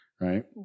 Right